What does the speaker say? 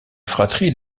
fratrie